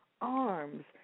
arms